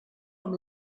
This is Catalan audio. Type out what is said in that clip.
amb